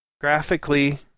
graphically